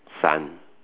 son